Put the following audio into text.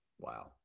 Wow